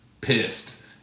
pissed